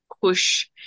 push